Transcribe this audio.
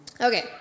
Okay